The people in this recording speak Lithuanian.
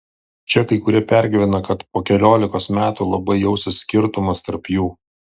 čia kai kurie pergyvena kad po keliolikos metų labai jausis skirtumas tarp jų